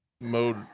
mode